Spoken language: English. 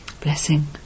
Blessing